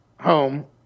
Home